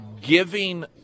giving